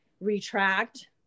retract